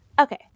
Okay